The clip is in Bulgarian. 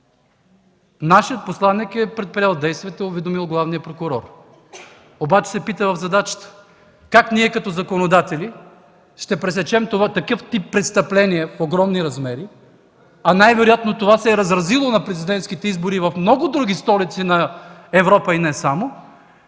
Нашият посланик е предприел действия и е уведомил главния прокурор. В задачата се пита: как ние като законодатели ще пресечем такъв тип престъпления в огромни размери? Най-вероятно това се е разразило на президентските избори в много други столици на Европа и не само,